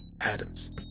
Adams